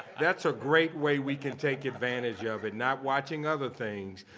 that's a great way we can take advantage of it. not watching other things,